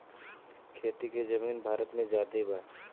खेती के जमीन भारत मे ज्यादे बा